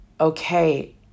Okay